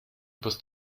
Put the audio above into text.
übers